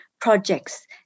projects